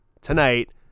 tonight